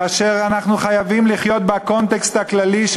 כאשר אנחנו צריכים לחיות בקונטקסט הכללי של